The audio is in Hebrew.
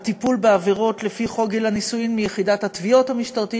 הועבר הטיפול בעבירות לפי חוק גיל הנישואין מיחידת התביעות המשטרתית